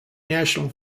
national